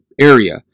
Area